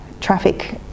traffic